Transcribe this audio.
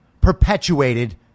perpetuated